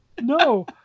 No